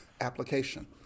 application